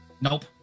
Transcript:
Nope